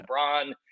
LeBron